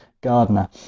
Gardener